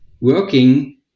working